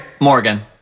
Morgan